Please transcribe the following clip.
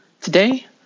Today